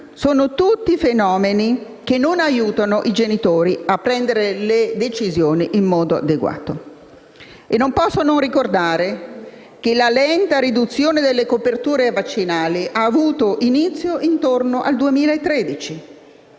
sono tutti fenomeni che non aiutano i genitori a prendere le decisioni in modo adeguato. Non posso non ricordare che la lenta riduzione delle coperture vaccinali ha avuto inizio intorno al 2013.